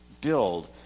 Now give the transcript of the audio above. Build